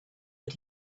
but